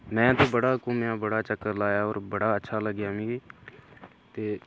में ते बड़ा घुम्मेआ बड़ा चक्कर लाया और बड़ा अच्छा लग्गा मिगी ते